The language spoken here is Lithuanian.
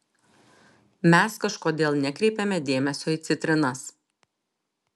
mes kažkodėl nekreipiame dėmesio į citrinas